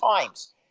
times